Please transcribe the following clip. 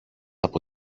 από